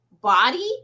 body